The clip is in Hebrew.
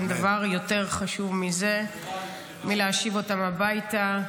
אין דבר יותר חשוב מזה, מלהשיב אותם הביתה.